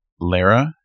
Lara